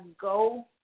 go